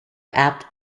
ape